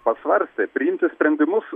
pasvarstę priimti sprendimus